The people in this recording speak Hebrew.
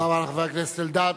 תודה רבה לחבר הכנסת אלדד.